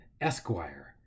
Esquire